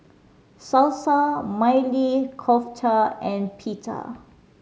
Salsa Maili Kofta and Pita